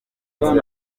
council